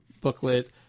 booklet